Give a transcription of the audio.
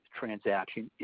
transaction